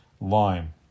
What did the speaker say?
Lime